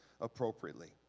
appropriately